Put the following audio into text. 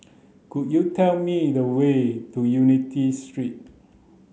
could you tell me the way to Unity Street